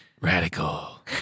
Radical